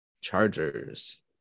Chargers